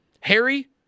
Harry